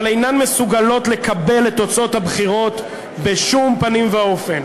אבל אינן מסוגלות לקבל את תוצאות הבחירות בשום פנים ואופן.